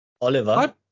Oliver